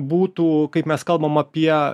būtų kaip mes kalbam apie